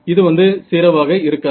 இது வந்து 0 ஆக இருக்காது